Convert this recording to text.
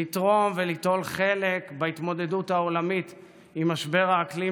לתרום וליטול חלק בהתמודדות העולמית עם משבר האקלים,